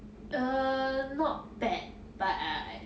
err not bad but I